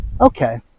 Okay